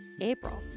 April